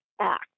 Act